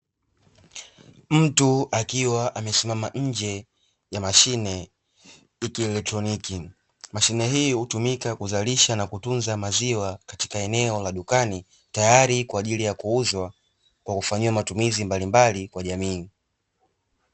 Mtu akiwa amesimama nje ya mashine ya kieletroniki. Mashine hii hutumika kuzalisha na kutunza maziwa katika eneo la dukani, tayari kwa ajili ya kuuzwa kwa kufanyiwa matumizi mbalimbali kwa jamii.